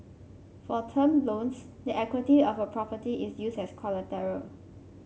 for term loans the equity of a property is used as collateral